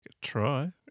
Try